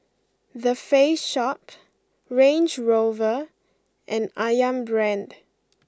The Face Shop Range Rover and Ayam Brand